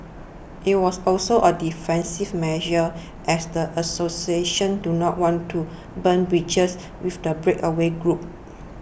it was also a defensive measure as the association do not want to burn bridges with the breakaway group